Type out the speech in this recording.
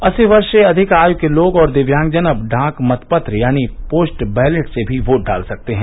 अस्सी वर्ष से अधिक आयू के लोग और दिव्यांगजन अब डाक मत पत्र यानी पोस्ट बैलेट से भी वोट डाल सकते हैं